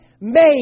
Made